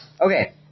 Okay